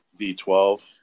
V12